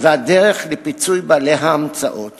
ואת הדרך לפיצוי בעלי האמצאות